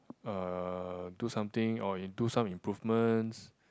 uh do something or in do some improvements